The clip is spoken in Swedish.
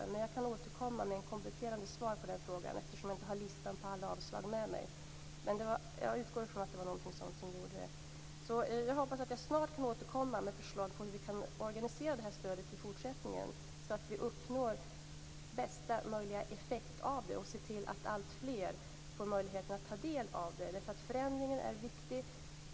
Jag kan återkomma med ett kompletterande svar på den frågan, eftersom jag inte har listan på alla avslag med mig.